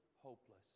hopeless